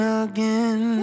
again